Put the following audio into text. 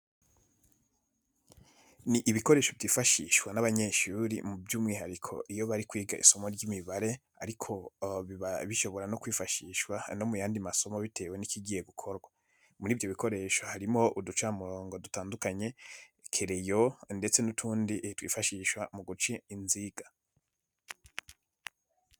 Ni ibikoresho byifashishwa n'abanyeshuri by'umwihariko iyo bari kwiga isomo ry'imibare ariko biba bishobora no kwifashishwa no mu yandi masomo bitewe n'ikigiye gukorwa. Muri ibyo bikoresho harimo uducamirongo dutandukanye, kereyo ndetse n'utundi twifashishwa mu guca inziga.